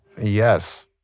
Yes